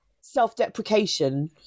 self-deprecation